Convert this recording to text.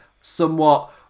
somewhat